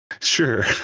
sure